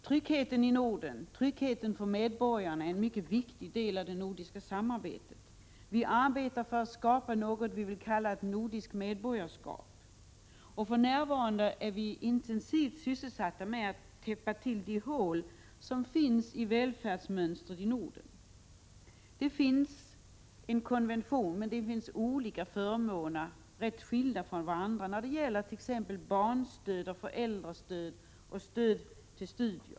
Tryggheten för medborgarna i Norden är en mycket viktig del i det nordiska samarbetet. Vi arbetar för att skapa någonting som vi kallar nordiskt medborgarskap. För närvarande är vi intensivt sysselsatta med att täppa till de hål som finns i välfärdsmönstret i Norden. Det finns en konvention mellan de nordiska länderna, men det finns olika förmåner som är rätt skilda från varandra, t.ex. när det gäller barnstöd, föräldrastöd och studiestöd.